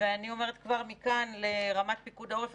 ואני אומרת כבר מכאן לרמ"ט פיקוד העורף,